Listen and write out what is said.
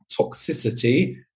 toxicity